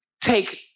take